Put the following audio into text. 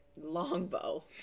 longbow